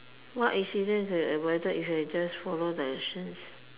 what accident could be avoided if you just follow directions